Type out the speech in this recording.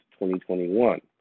2021